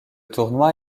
tournoi